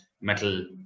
metal